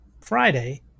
Friday